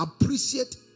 appreciate